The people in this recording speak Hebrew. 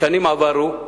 בשנים עברו,